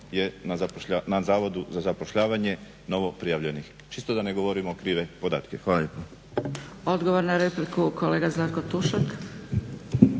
je na Zavodu za zapošljavanje novoprijavljenih. Čisto da ne govorimo krive podatke. Hvala lijepa. **Zgrebec, Dragica (SDP)** Odgovor na repliku, kolega Zlatko Tušak.